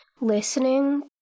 listening